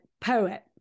poet